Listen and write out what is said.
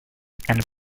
and